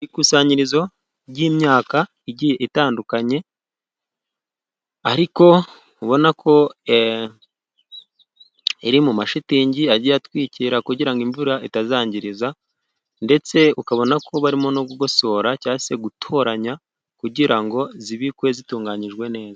Ikusanyirizo ry'imyaka igiye itandukanye, ariko ubona ko iri mu mashitingi agiye atwikira kugira ngo imvura itayangiza, ndetse ukabona ko barimo no kugosora, cyangwa se gutoranya kugira ngo ibikwe itunganyijwe neza.